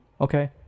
Okay